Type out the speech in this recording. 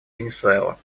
венесуэла